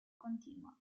continua